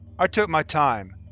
i took my time,